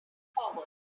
forward